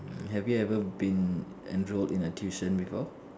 have you ever been enrolled in a tuition before